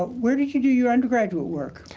but where did you do your undergraduate work?